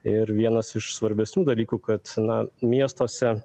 ir vienas iš svarbesnių dalykų kad na miestuose